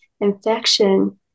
infection